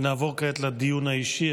נעבור כעת לדיון האישי.